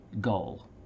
goal